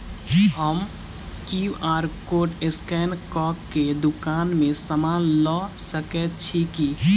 हम QR code scan कऽ केँ दुकान मे समान लऽ सकैत छी की?